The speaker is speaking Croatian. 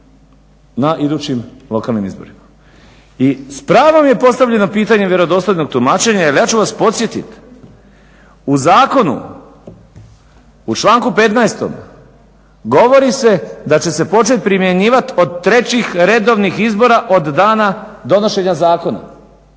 na idućim lokalnim izborima. I s pravom je postavljeno pitanje vjerodostojnog tumačenja, jer ja ću vas podsjetiti u zakonu u članku 15. govori se da će se početi primjenjivati od trećih redovnih izbora od dana donošenja zakona.